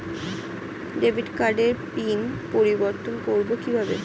Debit কার্ডের PIN পরিবর্তন করবো কীভাবে?